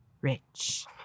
Rich